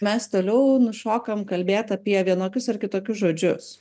mes toliau už o kam kalbėt apie vienokius ar kitokius žodžius